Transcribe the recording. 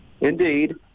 Indeed